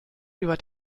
über